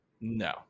No